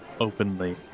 openly